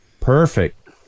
Perfect